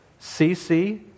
CC